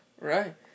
Right